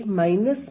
x